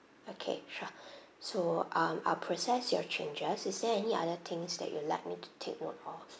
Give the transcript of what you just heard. okay sure so um I'll process your changes is there any other things that you'd like me to take note of